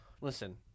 Listen